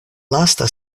lasta